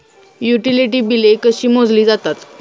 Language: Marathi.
युटिलिटी बिले कशी मोजली जातात?